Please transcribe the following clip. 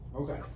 Okay